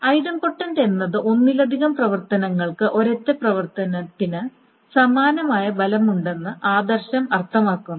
idempotent എന്നത് ഒന്നിലധികം പ്രവർത്തനങ്ങൾക്ക് ഒരൊറ്റ പ്രവർത്തനത്തിന് സമാനമായ ഫലമുണ്ടെന്ന് ആദർശം അർത്ഥമാക്കുന്നു